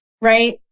right